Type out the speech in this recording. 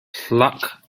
pluck